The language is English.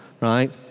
right